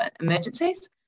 emergencies